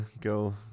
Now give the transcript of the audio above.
go